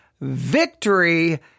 Victory